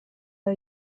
der